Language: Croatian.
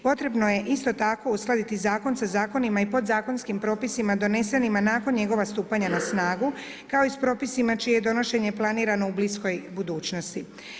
Potrebno je isto tako uskladiti zakon sa zakonima i podzakonskim propisima donesenima nakon njegovog stupanja na snagu, kao i s propisana čije je donošenje planirano u bliskoj budućnosti.